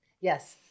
Yes